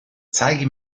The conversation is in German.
zeige